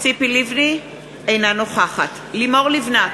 אינה נוכחת לימור לבנת,